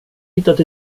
hittat